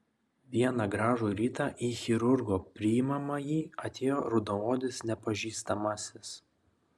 vieną gražų rytą į chirurgo priimamąjį atėjo rudaodis nepažįstamasis